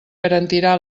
garantirà